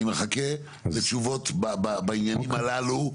אני מחכה לתשובות בעניינים הללו,